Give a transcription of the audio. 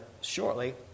shortly